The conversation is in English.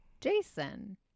Jason